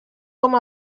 com